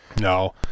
No